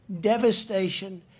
devastation